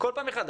בכל פעם מחדש,